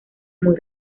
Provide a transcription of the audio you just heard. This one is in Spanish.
muy